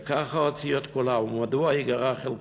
וככה הוציאו את כולם, ומדוע ייגרע חלקם?